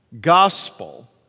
gospel